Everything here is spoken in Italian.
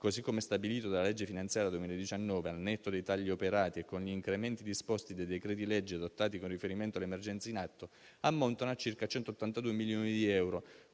così come stabilito dalla legge finanziaria 2019, al netto dei tagli operati e con gli incrementi disposti dai decreti legge adottati con riferimento all'emergenza in atto, ammontano a circa 182 milioni di euro,